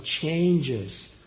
changes